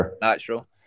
natural